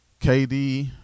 KD